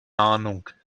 ahnung